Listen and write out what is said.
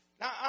Now